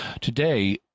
Today